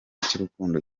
cy’urukundo